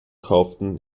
kauften